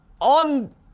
on